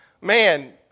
man